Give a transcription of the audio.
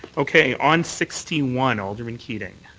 okay. on sixty one, alderman keating.